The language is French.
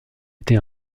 été